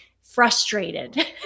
frustrated